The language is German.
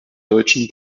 deutschen